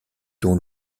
ton